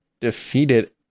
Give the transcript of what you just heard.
defeated